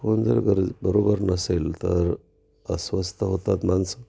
phone जर गरज बरोबर नसेल तर अस्वस्थ होतात माणसं